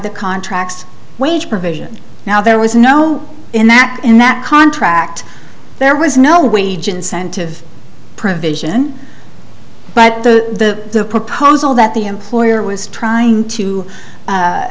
the contract wage provision now there was no in that in that contract there was no wage incentive provision but the proposal that the employer was trying to